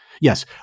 yes